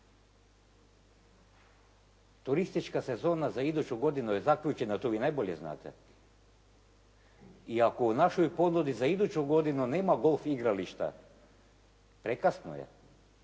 Turistička sezona za iduću godinu je zaključena, to vi najbolje znate i ako u našoj ponudi za iduću godinu nema golf igrališta, prekasno je.